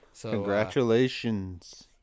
Congratulations